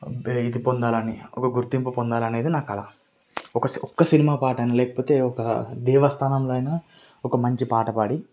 pay ఇది పొందాలని ఒక గుర్తింపు పొందాలనేది నా కల ఒక ఒక్క సినిమా పాటైన లేకపోతే ఒక దేవస్థానంలో అయినా ఒక మంచి పాట పాడి